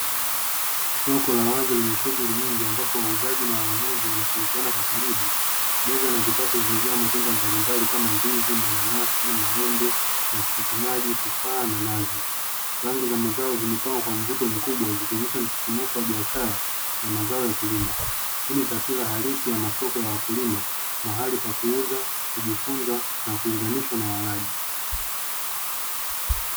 Soko la wazi lenye shughuli nyingi, ambapo wauzaji na wanunuzi wanashirikiana kwa karibu. Meza na vikapu vimejaa matunda mbalimbali kama; ndizi, mananasi, maembe, matikiti maji, tufaa, na nazi. Rangi za mazao zimepangwa kwa mvuto mkubwa, zikionyesha msisimuko wa biashara za mazao ya kilimo.